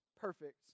perfect